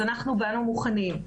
אז אנחנו באנו מוכנים.